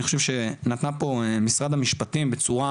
אני חושבת שנציגת משרד המשפטים נתנה את